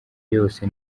yose